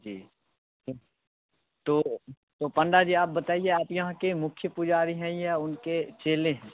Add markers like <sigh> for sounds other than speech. जी <unintelligible> तो तो पंडा जी आप बताइए आप यहाँ के मुख्य पुजारी हैं या उनके चेले हैं